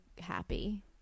happy